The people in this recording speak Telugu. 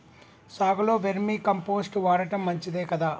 సాగులో వేర్మి కంపోస్ట్ వాడటం మంచిదే కదా?